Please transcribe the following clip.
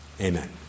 amen